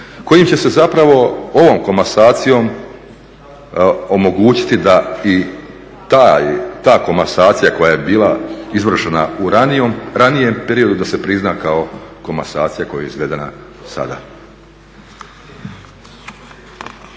kojim će se zapravo ovom komasacijom omogućiti da i ta komasacija koja je bila izvršena u ranijem periodu da se prizna kao komasacija koja je izvedena sada.